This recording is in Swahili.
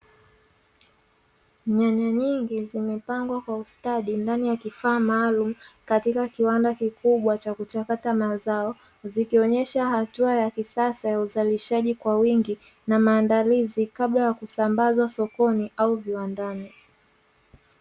Nyanya nyingi zimepangwa kwa ustadi ndani ya kifaa maalumu, katika kiwanda kikubwa cha kuchakata mazao. Zikionyesha hatua ya kisasa ya uzalishaji kwa wingi, na maandalizi kabla ya kusambazwa sokoni au viwandani.